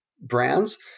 brands